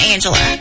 Angela